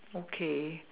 okay